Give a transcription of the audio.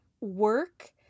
work